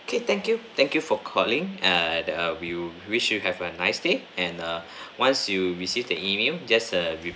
okay thank you thank you for calling err the we'll wish you have a nice day and err once you receive the email just err re~